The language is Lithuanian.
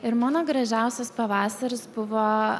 ir mano gražiausias pavasaris buvo